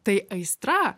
tai aistra